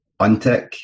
untick